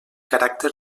caràcter